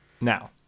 Now